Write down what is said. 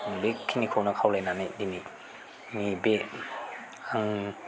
बेखिनिखौ खावलायनानै दिनैनि बे आं